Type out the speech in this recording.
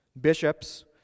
Bishops